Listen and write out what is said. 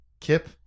kip